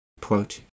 Quote